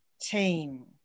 team